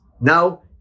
Now